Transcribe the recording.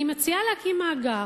אני מציעה להקים מאגר,